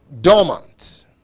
dormant